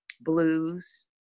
blues